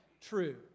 true